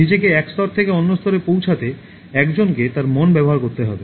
নিজেকে এক স্তর থেকে অন্য স্তরে পৌছাতে একজনকে তাঁর মন ব্যবহার করতে হবে